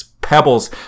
pebbles